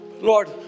Lord